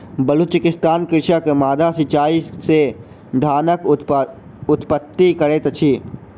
बलुचिस्तानक कृषक माद्दा सिचाई से धानक उत्पत्ति करैत अछि